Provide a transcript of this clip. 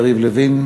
יריב לוין,